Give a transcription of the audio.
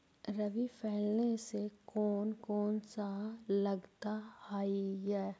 रबी फैसले मे कोन कोन सा लगता हाइय?